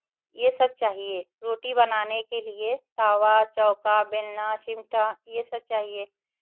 ये सब चाहिए रोटी बनाने के लिए तावा चौका बेलना चिमटा ये सब चाहिए